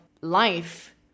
life